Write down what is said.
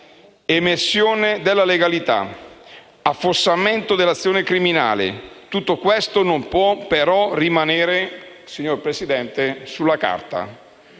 Emersione della legalità e affossamento dell'azione criminale non possono, però, rimanere, signora Presidente, sulla carta.